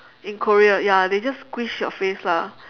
in korea ya they just squish your face lah